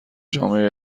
جامعه